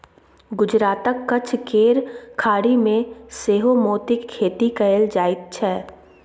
गुजरातक कच्छ केर खाड़ी मे सेहो मोतीक खेती कएल जाइत छै